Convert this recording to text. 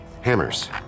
hammers